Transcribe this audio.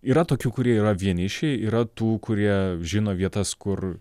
yra tokių kurie yra vienišiai yra tų kurie žino vietas kur